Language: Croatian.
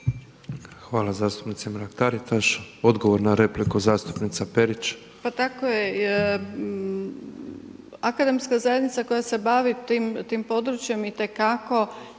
Hvala zastupnici Mrak Taritaš. Odgovor na repliku zastupnica Perić. **Perić, Grozdana (HDZ)** Pa tako je, akademska zajednica koja se bavi tim područjem itekako